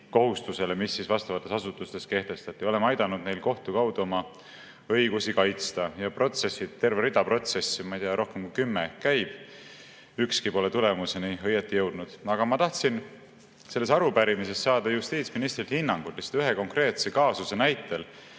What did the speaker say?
mis vastavates asutustes kehtestati. Oleme aidanud neil kohtu kaudu oma õigusi kaitsta ja terve rida protsesse, ma ei tea, rohkem kui kümme, käib. Ükski pole tulemuseni õieti jõudnud. Aga ma tahtsin selles arupärimises saada justiitsministrilt hinnangut ühe konkreetse kaasuse näitel